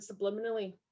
subliminally